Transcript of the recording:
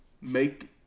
make